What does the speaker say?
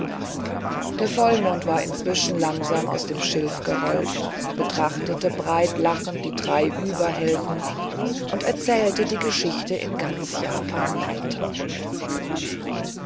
der vollmond war inzwischen langsam aus dem schilf gerollt betrachtete sich breit lachend die drei überhelden und erzählte die geschichte in ganz japan weiter